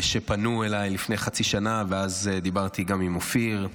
שפנו אליי לפני חצי שנה, ואז דיברתי גם עם אופיר.